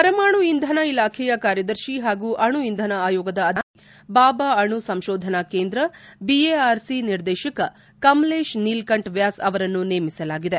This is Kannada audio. ಪರಮಾಣು ಇಂಧನ ಇಲಾಖೆಯ ಕಾರ್ಯದರ್ಶಿ ಹಾಗೂ ಅಣು ಇಂಧನ ಆಯೋಗದ ಅಧ್ಯಕ್ಷರನ್ನಾಗಿ ಬಾಬಾ ಅಣು ಸಂಶೋಧನಾ ಕೇಂದ್ರ ಬಿಎಆರ್ಸಿ ನಿರ್ದೇಶಕ ಕಮಲೇಶ್ ನೀಲಕಂಠ್ ವ್ಲಾಸ್ ಅವರನ್ನು ನೇಮಿಸಲಾಗಿದೆ